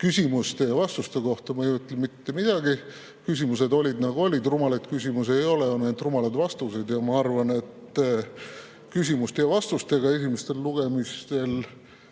Küsimuste ja vastuste kohta ei ütle ma mitte midagi. Küsimused olid nagu olid, rumalaid küsimusi ei ole, on ainult rumalad vastused. Ma arvan, et esimestel lugemistel